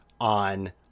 on